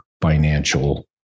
financial